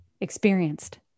experienced